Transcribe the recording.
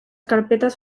carpetas